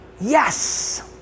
yes